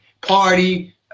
party